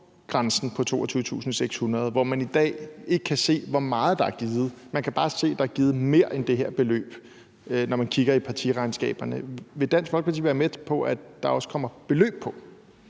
grænsen på 22.600 kr., hvor man i dag ikke kan se, hvor meget der er givet. Man kan bare se, at der er givet mere end det her beløb, når man kigger i partiregnskaberne. Vil Dansk Folkeparti være med på, at der også kommer et beløb på?